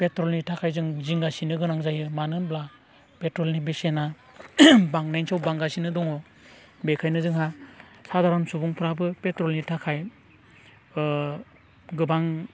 पेट्रलनि थाखाय जों जिंगा सिनो गोनां जायो मानो होनब्ला पेट्रलनि बेसेना बांनायनि सायाव बांगासिनो दङ बेखायनो जोंहा सादारन सुबुंफ्राबो पेट्रलनि थाखाय गोबां